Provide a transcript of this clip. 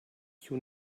you